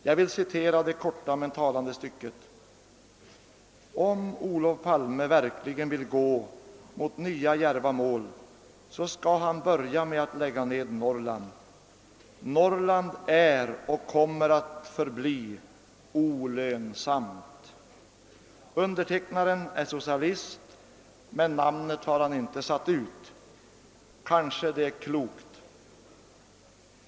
Jag vill citera det korta men talande stycket: >Om Olof Palme verkligen vill gå mot nya djärva mål så ska han börja med att lägga ned Norrland. Norrland är och kommer att förbli olönsamt.> Undertecknaren är socialist — men namnet har han inte satt ut. Kanske det är klokt.